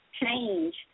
change